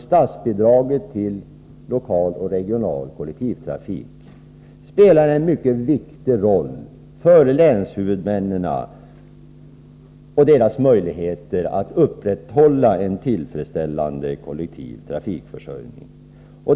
Statsbidraget för lokal och regional kollektivtrafik spelar en viktig roll för länshuvudmännen och deras möjligheter att upprätthålla en tillfredsställande kollektivtrafikförsörjning.